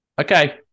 Okay